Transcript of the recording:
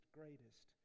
greatest